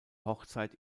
hochzeit